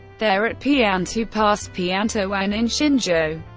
there at piantou pass piantouguan in xinzhou,